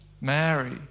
Mary